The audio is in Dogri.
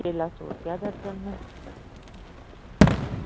केला सौ रपेआ दर्जन न